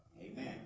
Amen